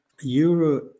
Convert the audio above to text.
Euro